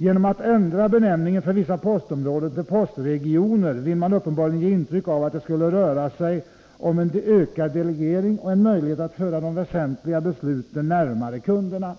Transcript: Genom att ändra benämningen för vissa postområden till postregioner vill man uppenbarligen ge intryck av att det skulle röra sig om en ökad delegering och en möjlighet att föra de väsentliga besluten ”närmare kunderna”.